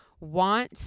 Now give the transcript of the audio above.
want